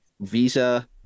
visa